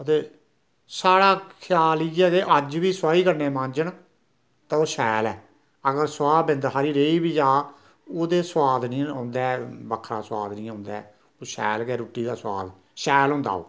ते स्हाढ़ा ख्याल इयै के अज्ज बी सोआही कन्नै मांजन ते शैल ऐ अगर सुआह बेिंद हारी रेही बी हा ओह्दे सुआद नी आंदा ऐ बक्खरा सुआद नी आंदा ऐ शैल के रूट्टी दा सुआद शैल